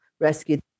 rescued